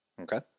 Okay